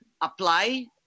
apply